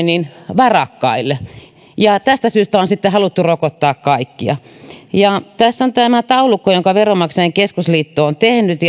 varakkaille ja tästä syystä on sitten haluttu rokottaa kaikkia tässä on tätä luentomateriaalia ja taulukko jonka veronmaksajain keskusliitto on tehnyt